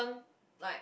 like